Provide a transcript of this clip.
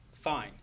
fine